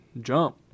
jump